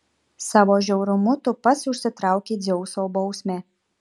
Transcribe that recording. savo žiaurumu tu pats užsitraukei dzeuso bausmę